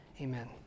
Amen